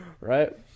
Right